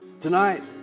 tonight